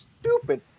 stupid